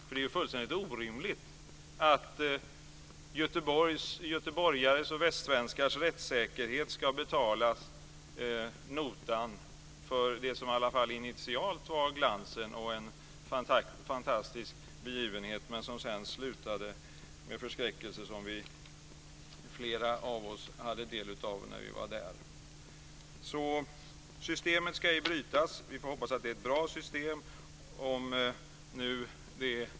Det är ju fullständigt orimligt att göteborgares och västsvenskars rättssäkerhet ska betala notan för det som i alla fall initialt var en fantastisk begivenhet som sedan slutade med förskräckelse som flera av oss tog del av när vi var där. Systemet ska ej brytas. Vi får hoppas att det är ett bra system.